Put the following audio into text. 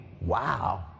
Wow